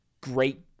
great